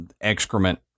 excrement